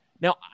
Now